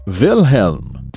Wilhelm